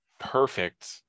perfect